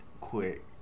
quick